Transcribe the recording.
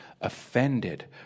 offended